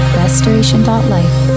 restoration.life